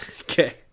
Okay